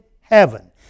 heaven